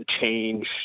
change